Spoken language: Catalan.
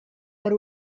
per